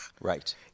Right